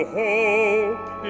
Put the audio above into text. hope